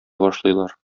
башлыйлар